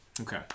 Okay